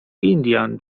indian